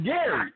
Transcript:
Gary